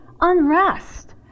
unrest